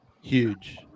huge